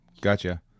gotcha